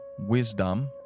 Wisdom